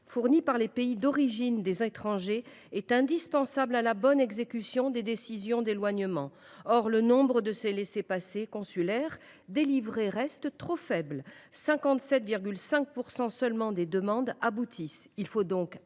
fournis par les pays d’origine des étrangers, est indispensable à la bonne exécution des décisions d’éloignement. Or le nombre de laissez passer consulaires délivrés reste trop faible : seulement 57,5 % des demandes aboutissent.